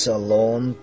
alone